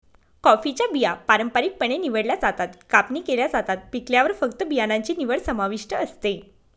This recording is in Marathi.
कॉफीच्या बिया पारंपारिकपणे निवडल्या जातात, कापणी केल्या जातात, पिकल्यावर फक्त बियाणांची निवड समाविष्ट असते